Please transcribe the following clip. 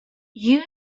you